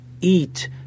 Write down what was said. eat